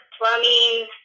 plumbing